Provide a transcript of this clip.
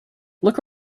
look